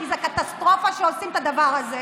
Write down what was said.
כי זו קטסטרופה שעושים את הדבר הזה.